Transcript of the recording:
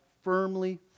firmly